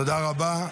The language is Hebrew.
תודה רבה.